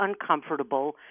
uncomfortable